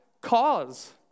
cause